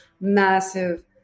massive